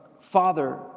father